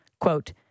Quote